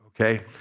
okay